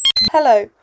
Hello